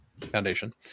Foundation